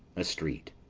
a street.